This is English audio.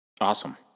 Awesome